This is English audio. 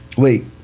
Wait